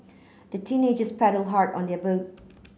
the teenagers paddled hard on their boat